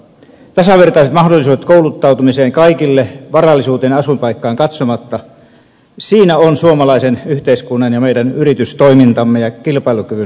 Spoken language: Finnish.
tasavertaiset mahdollisuudet kouluttautumiseen kaikille varallisuuteen ja asuinpaikkaan katsomatta siinä on suomalaisen yhteiskunnan ja meidän yritystoimintamme ja kilpailukykymme salaisuus